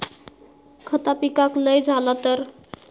खता पिकाक लय झाला तर?